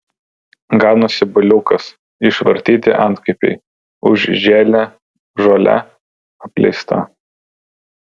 ganosi buliukas išvartyti antkapiai užžėlę žole apleista